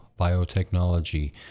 biotechnology